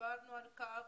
ואמרנו גם